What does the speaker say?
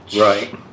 Right